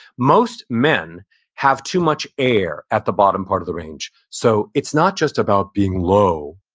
most men have too much air at the bottom part of the range, so it's not just about being low,